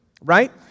right